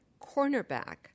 cornerback